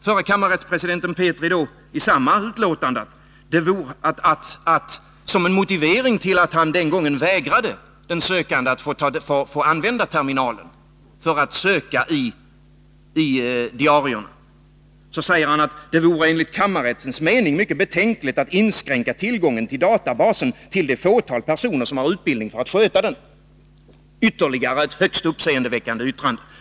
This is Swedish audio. Förre kammarrättspresidenten Petri skriver i samma utlåtande, som en motivering till att han den gången vägrade den sökande att få använda terminalen för att söka i diarierna: ”Det vore enligt kammarrättens mening mycket betänkligt att inskränka tillgången till databasen till det fåtal personer som har utbildning för att sköta den.” Det är ytterligare ett högst uppseendeväckande yttrande.